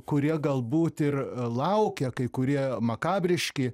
kurie galbūt ir laukia kai kurie makabriški